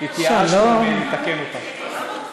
שלום לך.